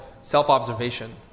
self-observation